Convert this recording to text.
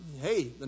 hey